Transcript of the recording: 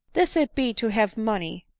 this it be to have money,